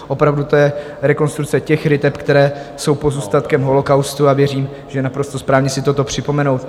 Opravdu to je rekonstrukce těch ryteb, které jsou pozůstatkem holocaustu, a věřím, že je naprosto správné si toto připomenout.